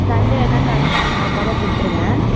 Sunday ஆனால் confirm மறக்காமல் கொடுத்துடுங்க